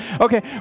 Okay